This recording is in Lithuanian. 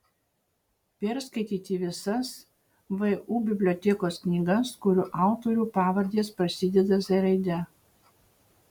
perskaityti visas vu bibliotekos knygas kurių autorių pavardės prasideda z raide